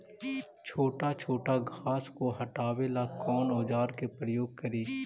छोटा छोटा घास को हटाबे ला कौन औजार के प्रयोग करि?